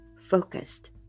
focused